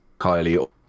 Kylie